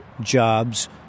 jobs